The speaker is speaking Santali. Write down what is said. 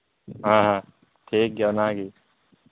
ᱦᱮᱸ ᱴᱷᱤᱠ ᱜᱮᱭᱟ ᱚᱱᱟᱜᱮ